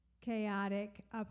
chaotic